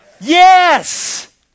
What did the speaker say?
Yes